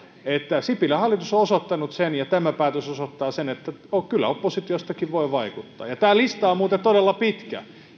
sipilän hallitus on osoittanut sen ja tämä päätös osoittaa juuri sen että kyllä oppositiostakin voi vaikuttaa tämä lista on muuten todella pitkä